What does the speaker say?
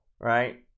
right